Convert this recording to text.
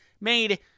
made